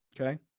Okay